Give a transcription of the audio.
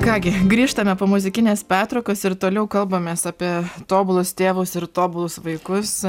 ką gi grįžtame po muzikinės pertraukos ir toliau kalbamės apie tobulus tėvus ir tobulus vaikus